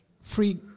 free